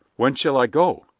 when shall i go?